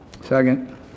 Second